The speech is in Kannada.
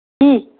ಹ್ಞೂ